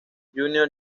júnior